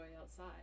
outside